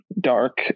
dark